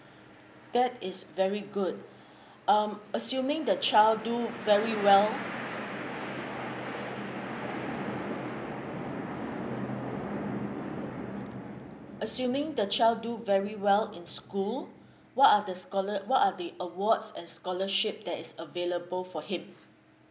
that is very good um assuming the child do very well assuming the child do very well in school what are the scholar~ what are the awards and scholarship that is available for him